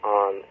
on